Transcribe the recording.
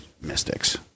mystics